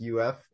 uf